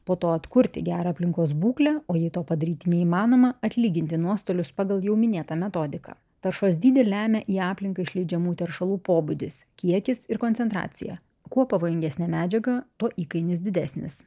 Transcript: po to atkurti gerą aplinkos būklę o jei to padaryti neįmanoma atlyginti nuostolius pagal jau minėtą metodiką taršos dydį lemia į aplinką išleidžiamų teršalų pobūdis kiekis ir koncentracija kuo pavojingesnė medžiaga tuo įkainis didesnis